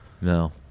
no